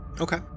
Okay